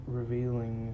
revealing